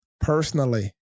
personally